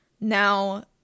Now